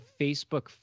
Facebook